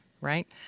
right